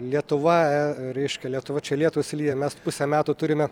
lietuva reiškia lietuva čia lietūs lyja mes pusę metų turime